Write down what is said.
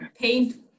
paint